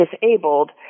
disabled